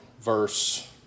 verse